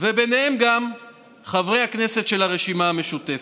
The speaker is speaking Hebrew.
וביניהם גם חברי הכנסת של הרשימה המשותפת.